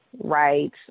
right